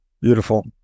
Beautiful